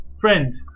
Friend